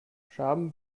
scherben